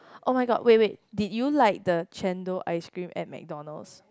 oh-my-god wait wait did you like the chendol ice cream at McDonalds